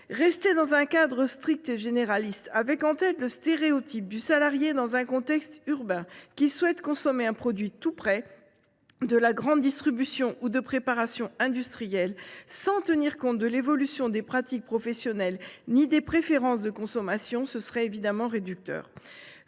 Rester dans un cadre strict et général en ayant en tête le stéréotype du salarié dans un contexte urbain, qui souhaite consommer un produit industriel issu de la grande distribution, sans tenir compte de l’évolution des pratiques professionnelles ni des préférences de consommation, serait évidemment réducteur.